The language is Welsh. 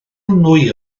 nwy